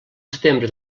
setembre